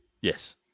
Yes